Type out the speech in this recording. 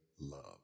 love